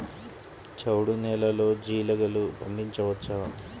చవుడు నేలలో జీలగలు పండించవచ్చా?